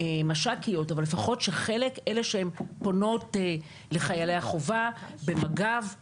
מהמש"קיות שפונות לחיילי החובה במג"ב ובשח"מ.